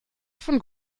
von